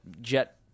jet